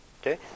Okay